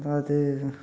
அதாவது